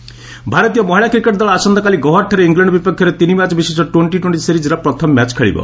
cricket ଭାରତୀୟ ମହିଳା cricket ଦଳ ଆସନ୍ତାକାଲି ଗୌହାଟୀଠାରେ ଇଂଲଣ୍ଡ ବିପକ୍ଷରେ ତିନି ମ୍ୟାଚ୍ ବିଶିଷ୍ଟ ଟ୍ୱେ୍ଣ୍ଟି ଟ୍ୱେଣ୍ଟି ସିରିଜ୍ର ପ୍ରଥମ ମ୍ୟାଚ୍ ଖେଳିବ